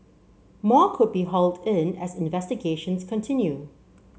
more could be hauled in as investigations continue